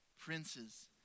Princes